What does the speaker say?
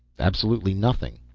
absolutely nothing.